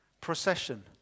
procession